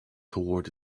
toward